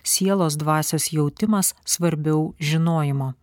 sielos dvasios jautimas svarbiau žinojimo